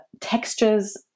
textures